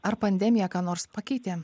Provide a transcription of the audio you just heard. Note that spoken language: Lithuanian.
ar pandemija ką nors pakeitė